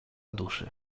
duszy